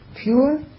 pure